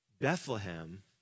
Bethlehem